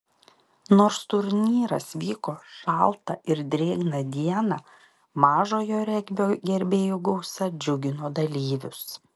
nors turnyras vyko šaltą ir drėgną dieną mažojo regbio gerbėjų gausa džiugino dalyvius